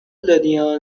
دادیا